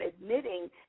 admitting